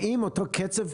האם אותו קצף,